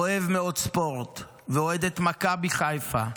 אוהב מאוד ספורט ואוהד את מכבי חיפה.